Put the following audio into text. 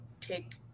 take